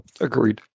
agreed